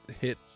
hit